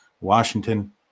Washington